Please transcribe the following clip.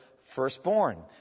Firstborn